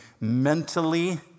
mentally